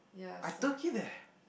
I turkey there